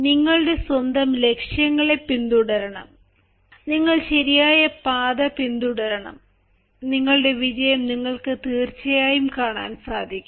നിങ്ങളുടെ സ്വന്തം ലക്ഷ്യങ്ങളെ പിന്തുടരണം നിങ്ങൾ ശരിയായ പാത പിന്തുടരണം നിങ്ങളുടെ വിജയം നിങ്ങൾക്ക് തീർച്ചയായും കാണാൻ സാധിക്കും